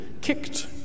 kicked